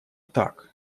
так